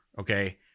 Okay